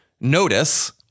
notice